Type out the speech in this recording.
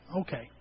Okay